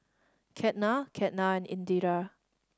Ketna Ketna and Indira